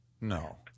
No